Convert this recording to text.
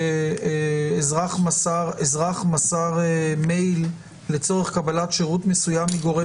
אזרח מסר אזרח מסר מייל לצורך קבלת שירות מסוים מגורם